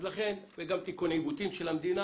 וגם תיקוני עיוותים של המדינה,